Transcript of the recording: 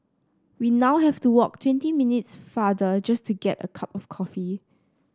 we now have to walk twenty minutes farther just to get a cup of coffee